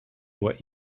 what